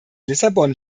lissabon